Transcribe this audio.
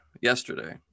yesterday